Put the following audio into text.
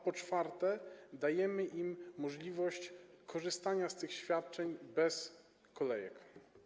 Po czwarte, dajemy tym osobom możliwość korzystania z tych świadczeń bez kolejki.